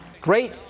Great